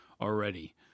already